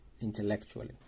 intellectually